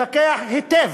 לפקח היטב.